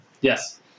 Yes